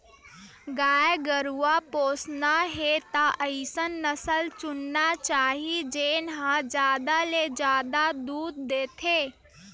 गाय गरूवा पोसना हे त अइसन नसल चुनना चाही जेन ह जादा ले जादा दूद देथे